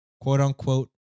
Quote-unquote